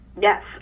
Yes